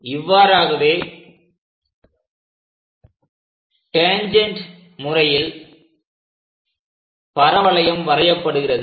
இவ்வாறாகவே டேன்ஜெண்ட் முறையில் பரவளையம் வரையப்படுகிறது